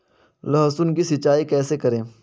लहसुन की सिंचाई कैसे करें?